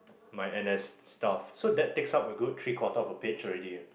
my N_S stuff so that takes up a good three quarter of a page already leh